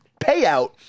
payout